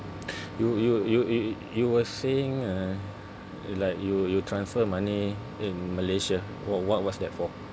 you you you you you were saying uh like you you transfer money in Malaysia wh~ what was that for